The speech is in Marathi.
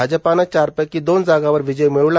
भाजपानं चारपैकी दोन जागांवर विजय मिळवला